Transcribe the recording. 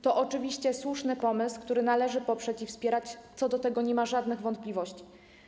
To oczywiście słuszny pomysł, który należy poprzeć i wspierać, co do tego nie ma żadnych wątpliwości.